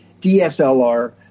DSLR